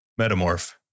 metamorph